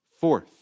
Fourth